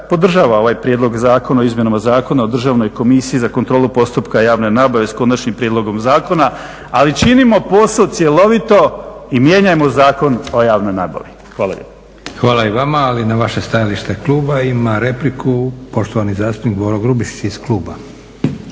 podržava ovaj prijedlog zakona o izmjenama Zakona o Državnoj komisiji za kontrolu postupka javne nabave s konačnim prijedlogom zakona, ali činimo posao cjelovito i mijenjajmo Zakon o javnoj nabavi. Hvala lijepo. **Leko, Josip (SDP)** Hvala i vama, ali na vaše stajalište kluba ima repliku poštovani zastupnik Boro Grubišić iz kluba.